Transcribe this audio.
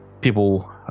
people